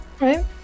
Right